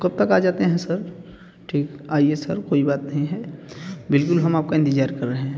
कब तक आ जाते हैं सर ठीक आइए सर कोई बात नहीं है बिल्कुल हम आपका इंतजार कर रहे हैं